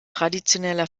traditioneller